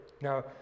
Now